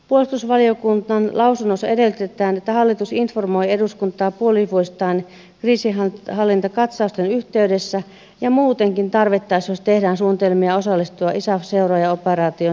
puolustusvaliokunnan lausunnossa edellytetään että hallitus informoi eduskuntaa puolivuosittain kriisinhallintakatsausten yhteydessä ja muutenkin tarvittaessa jos tehdään suunnitelmia osallistua isaf seuraajaoperaatioon suomalaisjoukoin